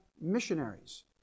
missionaries